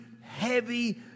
heavy